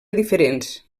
diferents